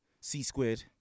C-squared